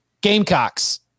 Gamecocks